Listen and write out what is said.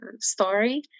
story